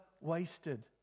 wasted